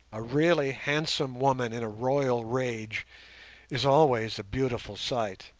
a really handsome woman in a royal rage is always a beautiful sight,